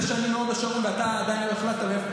שאני מהוד השרון ואתה עדיין לא החלטת מאיפה,